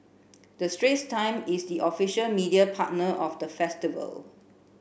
the Straits Times is the official media partner of the festival